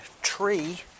tree